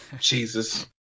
Jesus